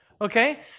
Okay